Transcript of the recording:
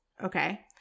Okay